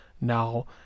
now